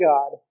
God